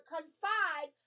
Confide